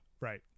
right